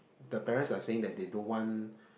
the parents are saying that they don't want